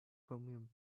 chromium